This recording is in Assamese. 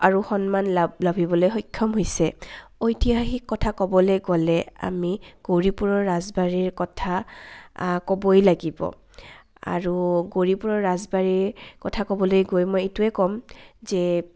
আৰু সন্মান লাভ লাভিবলৈ সক্ষম হৈছে ঐতিহাসিক কথা ক'বলে গ'লে আমি গৌৰীপুৰৰ ৰাজবাৰীৰ কথা ক'বই লাগিব আৰু গৌৰীপুৰৰ ৰাজবাৰীৰ কথা ক'বলৈ গৈ মই এইটোৱে ক'ম যে